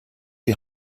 die